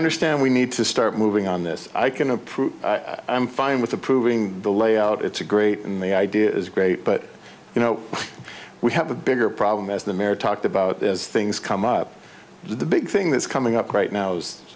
understand we need to start moving on this i can approve i'm fine with approving the layout it's a great and the idea is great but you know we have a bigger problem as the mare talked about as things come up the big thing that's coming up right now